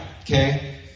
okay